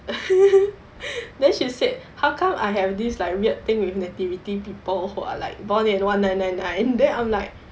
then she said how come I have this like weird thing with nativity people who are like born in one nine nine nine then I'm like